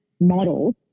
models